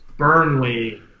Burnley